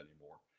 anymore